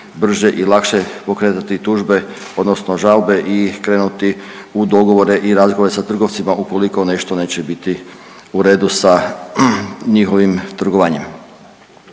brže i lakše pokretati tužbe odnosno žalbe i krenuti u dogovore i razgovore sa trgovcima ukoliko nešto neće biti u redu sa njihovim trgovanjem.